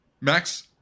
max